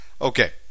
Okay